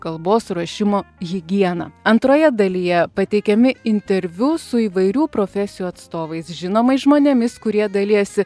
kalbos ruošimo higieną antroje dalyje pateikiami interviu su įvairių profesijų atstovais žinomais žmonėmis kurie dalijasi